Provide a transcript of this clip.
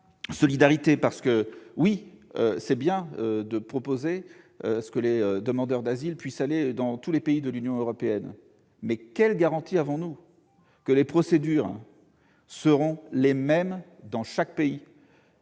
solidarité. Il est louable de proposer que les demandeurs d'asile puissent aller dans tous les pays de l'Union européenne. Mais quelles garanties avons-nous que les procédures seront les mêmes dans chaque pays ?